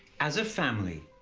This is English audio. as a family,